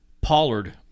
Pollard